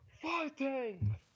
fighting